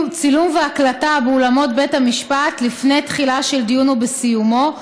צילום והקלטה באולמות בית המשפט לפני תחילה של דיון ובסיומו,